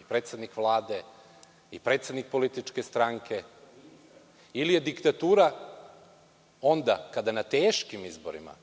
i predsednik Vlade, i predsednik političke stranke, ili je diktatura onda kada na teškim izborima,